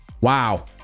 wow